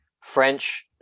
French